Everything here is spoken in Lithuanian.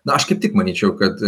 na aš kaip tik manyčiau kad